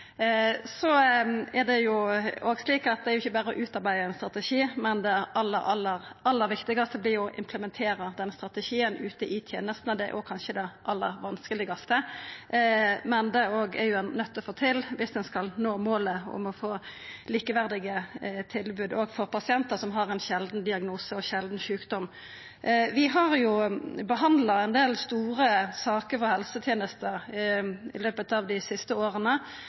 så tydeleg i denne saka. Det er ikkje berre å utarbeida ein strategi. Det aller viktigaste vert å implementera denne strategien ute i tenestene, og det er kanskje òg det aller vanskelegaste, men det er ein nøydd til å få til dersom ein skal nå målet om å få likeverdige tilbod òg for pasientar som har ein sjeldan diagnose og sjeldan sjukdom. Vi har behandla ein del store saker om helsetenester i løpet av dei siste åra